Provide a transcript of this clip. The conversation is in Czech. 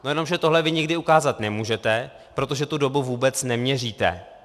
Jenomže tohle vy nikdy ukázat nemůžete, protože tu dobu vůbec neměříte.